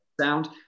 sound